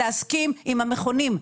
להסכים עם המכונים.